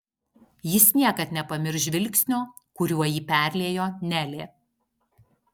jis niekad nepamirš žvilgsnio kuriuo jį perliejo nelė